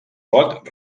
pot